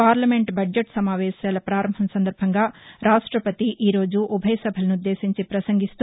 parliament budget సమావేశాల పారంభం సందర్బంగా రాష్టపతి ఈరోజు ఉభయ సభలను ఉద్దేశించి పసంగిస్తూ